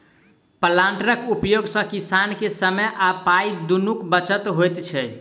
प्लांटरक उपयोग सॅ किसान के समय आ पाइ दुनूक बचत होइत छै